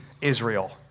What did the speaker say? Israel